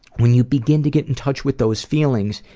when you begin to get in touch with those feelings,